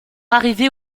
arrivée